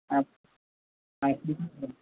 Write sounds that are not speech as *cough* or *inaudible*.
*unintelligible*